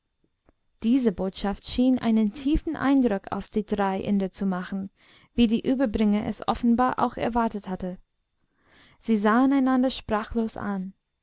diese botschaft schien einen tiefen eindruck auf die drei inder zu machen wie der überbringer es offenbar auch erwartet hatte sie sahen einander sprachlos an